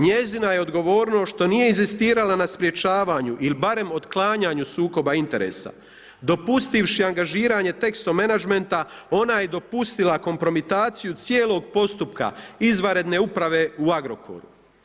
Njezina je odgovornost što nije inzistirala na sprečavanju ili barem otklanjanju sukoba interesa, dopustivši angažiranje tekst menadžmenta ona je dopustila kompromitaciju cijelog postupka izvanredne uprave u Agrokoru.